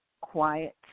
quiet